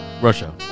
Russia